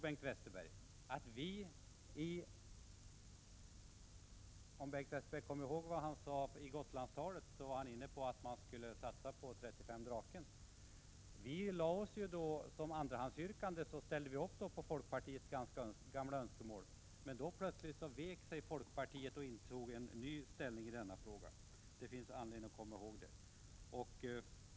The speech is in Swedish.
I Gotlandstalet var Bengt Westerberg inne på att man borde satsa på 35 Draken. När det gällde andrahandsyrkandet ställde vi då upp på folkpartiets gamla önskemål. Då vek sig plötsligt folkpartiet och intog en ny åsikt i denna fråga. Det finns anledning att komma ihåg detta.